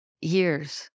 years